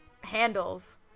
handles